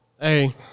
Hey